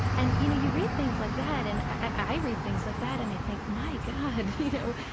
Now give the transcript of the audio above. and you know, you read things like that and, i read things like that and i think, my god, you know,